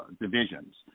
divisions